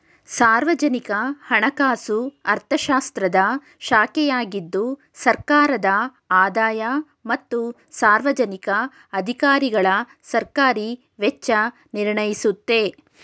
ಸಾರ್ವಜನಿಕ ಹಣಕಾಸು ಅರ್ಥಶಾಸ್ತ್ರದ ಶಾಖೆಯಾಗಿದ್ದು ಸರ್ಕಾರದ ಆದಾಯ ಮತ್ತು ಸಾರ್ವಜನಿಕ ಅಧಿಕಾರಿಗಳಸರ್ಕಾರಿ ವೆಚ್ಚ ನಿರ್ಣಯಿಸುತ್ತೆ